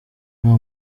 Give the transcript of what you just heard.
nta